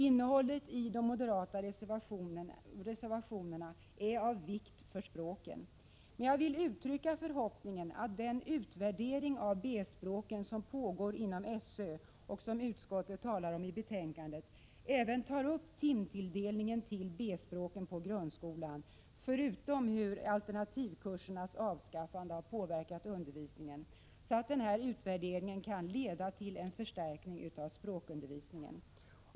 Innehållet i de moderata reservationerna är av vikt även för språken. Jag vill dock uttrycka förhoppningen att man på SÖ i samband med den utvärdering av B-språken som pågår och som utskottet refererar till i betänkandet tar upp även timtilldelningen till B-språken på grundskolan, förutom att man undersöker hur alternativkursernas avskaffande har påverkat undervisningen, så att utvärderingen kan leda till en förstärkning av språkundervisningen.